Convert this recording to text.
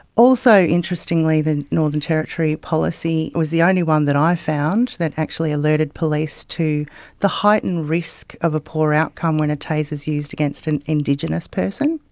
also, interestingly, the northern territory policy was the only one that i found that actually alerted the police to the heightened risk of poor outcome when a taser is used against an indigenous person.